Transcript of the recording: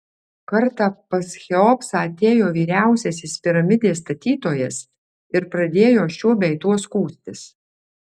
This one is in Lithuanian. kartą pas cheopsą atėjo vyriausiasis piramidės statytojas ir pradėjo šiuo bei tuo skųstis